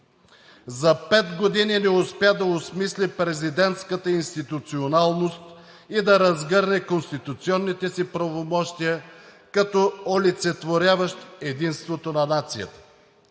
За пет години не успя да осмисли президентската институционалност и да разгърне конституционните си правомощия като олицетворяващ единството на нацията.